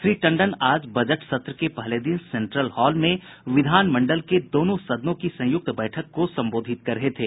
श्री टंडन आज बजट सत्र के पहले दिन सेन्ट्रल हॉल में विधानमंडल के दोनों सदनों की संयुक्त बैठक को संबोधित कर रहे थे